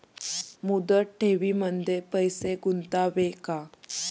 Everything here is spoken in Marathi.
मुदत ठेवींमध्ये पैसे गुंतवावे का?